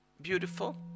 beautiful